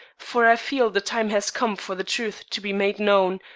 for i feel the time has come for the truth to be made known,